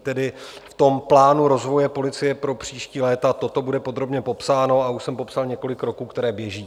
Tedy v tom plánu rozvoje policie pro příští léta toto bude podrobně popsáno a už jsem popsal několik roků, které běží.